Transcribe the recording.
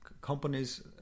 companies